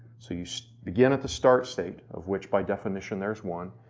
so you begin at the start state, of which by definition there is one,